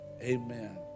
amen